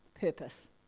purpose